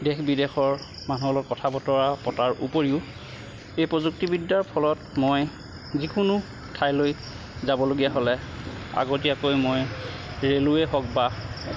দেশ বিদেশৰ মানুহৰ লগত কথা বতৰা পতাৰ উপৰিও এই প্ৰযুক্তিবিদ্যাৰ ফলত মই যিকোনো ঠাইলৈ যাবলগীয়া হ'লে আগতীয়াকৈ মই ৰেলৱে হওক বা